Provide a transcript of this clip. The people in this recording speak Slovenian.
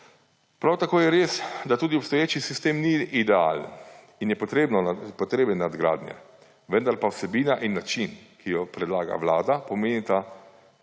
Prav tako je res, da tudi obstoječi sistem ni idealen in je potreben nadgradnje, vendar pa vsebina in način, ki jo predlaga Vlada, pomenita